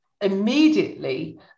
immediately